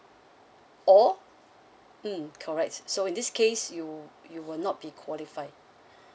or mm correct so in this case you you will not be qualified